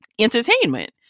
entertainment